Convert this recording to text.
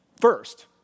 First